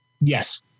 Yes